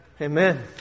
Amen